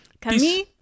Camille